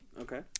Okay